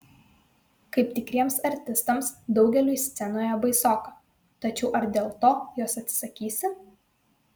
kaip tikriems artistams daugeliui scenoje baisoka tačiau ar dėl to jos atsisakysi